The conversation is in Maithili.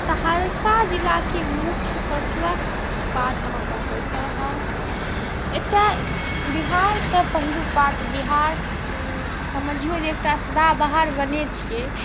सहरसा जिलाके मुख्य फसिलके बात अहाँ कहबै तऽ हम एतऽ बिहार तऽ पहिलुक बात बिहार समझिऔ जे एकटा सदाबहार वने छिए